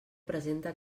presenta